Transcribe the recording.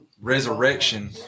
resurrection